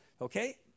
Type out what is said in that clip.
okay